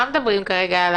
לא מבינה את